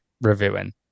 reviewing